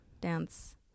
Dance